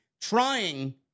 trying